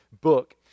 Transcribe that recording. book